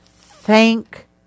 Thank